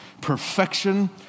perfection